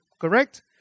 Correct